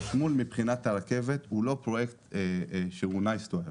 החשמול של הרכבת הוא לא פרויקט שנחמד שיהיה,